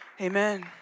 amen